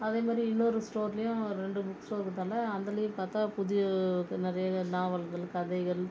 அதேமாதிரி இன்னோரு ஸ்டோர்லையும் ரெண்டு புக் ஸ்டோர் இருக்கிறதால அதிலையும் பார்த்தா புதிய நிறைய நாவல்கள் கதைகள்